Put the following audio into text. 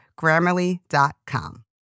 Grammarly.com